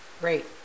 Great